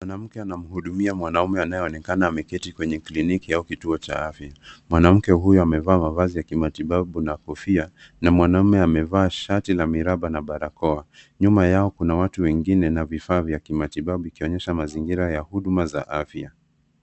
Mwanamke anamhudumia mwanamme anaye anaonekana ameketi kwenye kliniki au kituo cha afya. Mwanamme huyu amevaa mavazi ya kimatibabu na kofia na mwanamme amevaa shati la miraba na barakoa. Nyuma yao kuna watu wengine na vifaa vya kimatibabu ikionyesha mazingira ya huduma za kiafya.